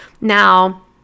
Now